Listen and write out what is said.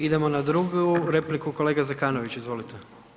Idemo na drugu repliku, kolega Zekanović, izvolite.